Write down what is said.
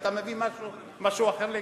אתה מביא משהו אחר לגמרי.